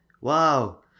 Wow